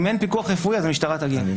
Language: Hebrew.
אם אין פיקוח רפואי, אז המשטרה תגיע.